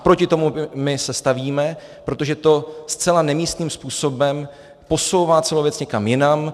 Proti tomu my se stavíme, protože to zcela nemístným způsobem posouvá celou věc někam jinam.